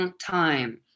time